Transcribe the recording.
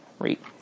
Right